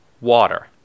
water